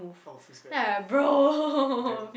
orh feels bad damn